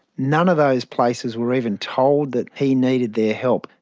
none of those places were even told that he needed their help.